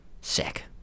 sick